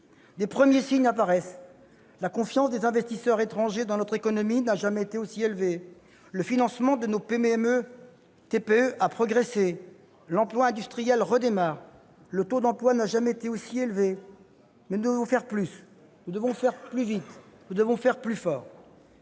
Des premiers signes apparaissent : la confiance des investisseurs étrangers dans notre économie n'a jamais été aussi élevée. Le financement de nos PME-TPE a progressé. L'emploi industriel redémarre. Le taux d'emploi n'a jamais été aussi haut. Mais nous devons faire plus, nous devons faire plus vite et nous devons faire plus fort.